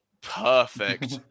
perfect